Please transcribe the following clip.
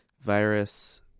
Virus